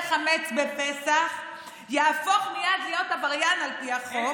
חמץ בפסח יהפוך מייד להפוך עבריין לפי החוק.